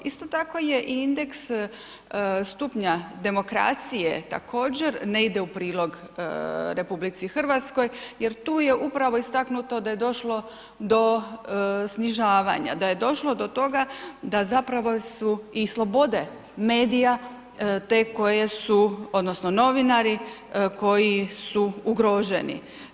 Isto tako je i indeks stupnja demokracije također ne ide u prilog RH jer tu je upravo istaknuto da je došlo do snižavanja, da je došlo do toga da zapravo su i slobode medija te koje su odnosno novinari koji su ugroženi.